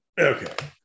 Okay